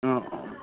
ആ